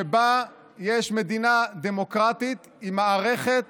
שבו יש מדינה דמוקרטית עם מערכת